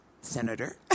Senator